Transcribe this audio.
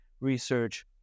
research